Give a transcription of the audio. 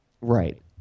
Right